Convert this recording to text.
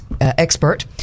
expert